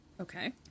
okay